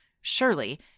Surely